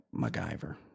MacGyver